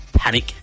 panic